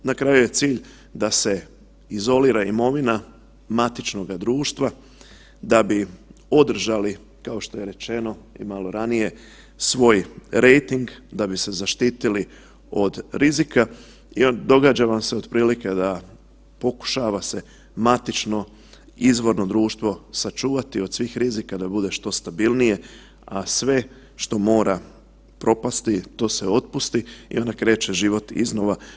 Na kraju je cilj da se izolira imovina matičnoga društva da bi podržali, kao što je rečeno i malo ranije, svoj rejting da bi se zaštitili od rizika i događa vam se otprilike da pokušava se matično izvorno društvo sačuvati od svih rizika da bude što stabilnije, a sve što mora propasti to se otpusti i onda kreće život iznova.